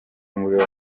umuriro